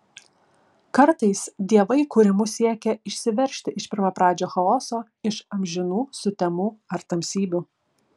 kartais dievai kūrimu siekia išsiveržti iš pirmapradžio chaoso iš amžinų sutemų ar tamsybių